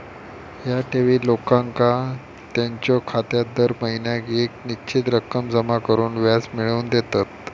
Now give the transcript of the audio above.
ह्या ठेवी लोकांका त्यांच्यो खात्यात दर महिन्याक येक निश्चित रक्कम जमा करून व्याज मिळवून देतत